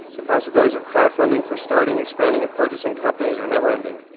the possibilities of crowdfunding for starting expanding and purchasing companies are never ending.